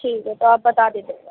ٹھیک ہے تو آپ بتا دیجیے گا